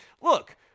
look